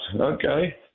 okay